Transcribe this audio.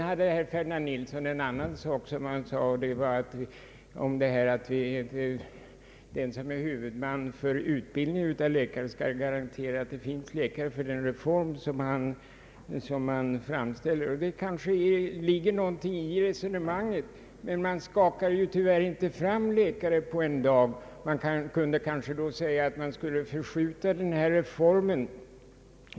Herr Ferdinand Nilsson sade också att den som är huvudman för utbildning av läkare skall garantera att det finns läkare för den reform som genomföres. Det ligger något i resonemanget, men man skakar inte fram läkare på en dag. Man kunde då kanske säga att man skulle uppskjuta denna reform.